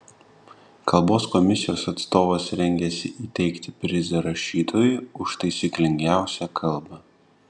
kalbos komisijos atstovas rengiasi įteikti prizą rašytojui už taisyklingiausią kalbą